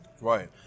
Right